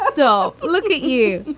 um so look at at you.